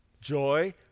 joy